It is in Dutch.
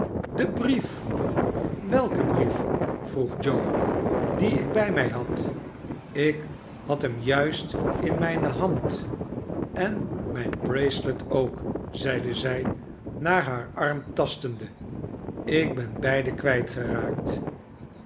de brief welke brief vroeg joe dien ikbijmij had ik had hem juist in mijne hand en mijne bracelet ook zeide zij naar haar arm tastende ik ben beide